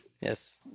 Yes